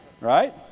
Right